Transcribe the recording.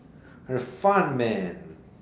a fun man